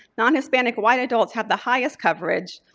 non-hispanic white adults have the highest coverage,